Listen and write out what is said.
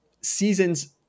seasons